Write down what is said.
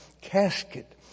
casket